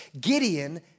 Gideon